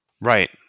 right